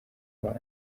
abana